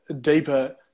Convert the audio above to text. deeper